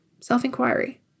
self-inquiry